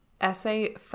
essay